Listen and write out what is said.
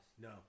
No